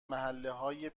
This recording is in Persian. محلههای